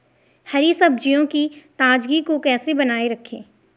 हरी सब्जियों की ताजगी को कैसे बनाये रखें?